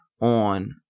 on